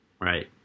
Right